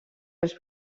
els